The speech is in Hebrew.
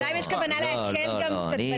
השאלה היא אם יש כוונה לעכב קצת את